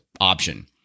option